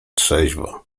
trzeźwo